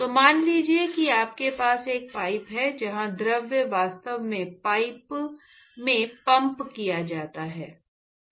तो मान लीजिए कि आपके पास एक पाइप है जहां द्रव वास्तव में पाइप में पंप किया जाता है